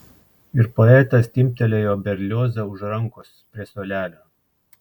ir poetas timptelėjo berliozą už rankos prie suolelio